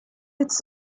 its